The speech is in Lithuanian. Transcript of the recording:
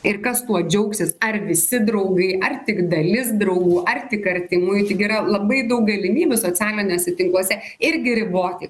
ir kas tuo džiaugsis ar visi draugai ar tik dalis draugų ar tik artimųjų taigi yra labai daug galimybių socialiniuose tinkluose irgi riboti